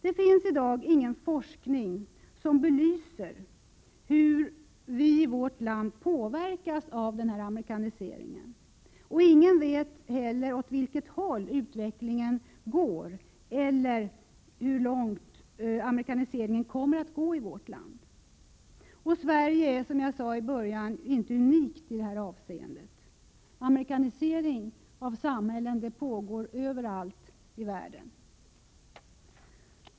Det finns i dag ingen forskning som belyser hur vi i vårt land påverkas av amerikaniseringen. Ingen vet heller åt vilket håll utvecklingen går eller hur långt amerikaniseringen kommer att gå i vårt land. Sverige är, som jag sade i början, inte unikt i detta avseende, utan amerikaniseringen av samhällen pågår överallt i världen.